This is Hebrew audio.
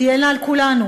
תהיינה על כולנו,